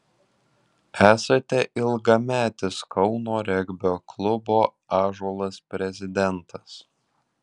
esate ilgametis kauno regbio klubo ąžuolas prezidentas